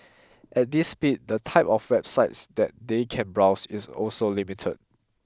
at this speed the type of websites that they can browse is also limited